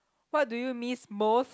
what do you miss most